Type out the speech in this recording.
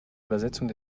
übersetzung